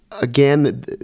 Again